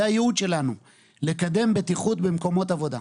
זה הייעוד שלנו, לקדם בטיחות במקומות עבודה.